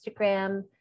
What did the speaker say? Instagram